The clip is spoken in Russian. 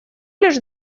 лишь